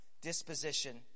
disposition